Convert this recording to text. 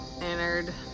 entered